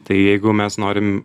tai jeigu mes norim